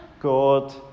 God